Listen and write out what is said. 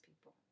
people